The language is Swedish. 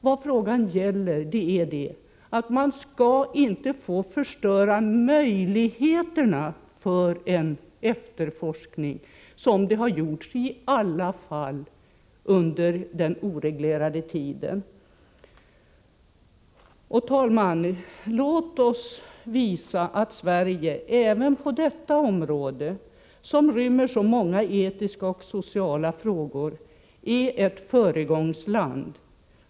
Vad den gäller är att vi inte skall förstöra möjligheterna till efterforskning, vilket har skett under den tid då den här frågan inte varit reglerad i lag. Herr talman! Låt oss visa att Sverige även på detta område, som rymmer så många etiska och sociala frågor, är ett föregångsland.